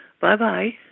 bye-bye